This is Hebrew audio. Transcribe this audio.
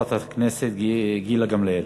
חברת הכנסת גילה גמליאל.